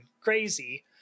crazy